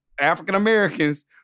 African-Americans